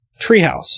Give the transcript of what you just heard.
Treehouse